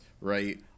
right